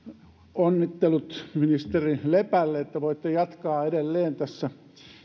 onnittelut ministeri lepälle että voitte jatkaa edelleen tässä